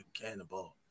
cannibal